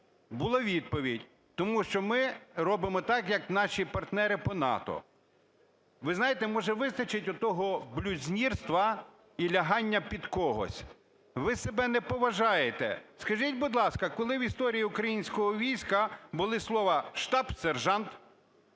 була відповідь: "Тому що ми робимо так, як наші партнери по НАТО". Ви знаєте, може, вистачить отого блюзнірства і лягання під когось? Ви себе не поважаєте. Скажіть, будь ласка, коли в історії українського війська були слова "штаб-сержант",